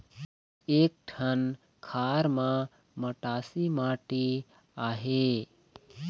एक ठन खार म मटासी माटी आहे?